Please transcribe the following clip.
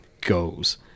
goes